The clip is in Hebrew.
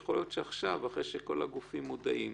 יכול להיות שעכשיו, אחרי שכל הגופים מודעים,